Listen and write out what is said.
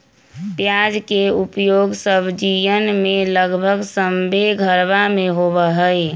प्याज के उपयोग सब्जीयन में लगभग सभ्भे घरवा में होबा हई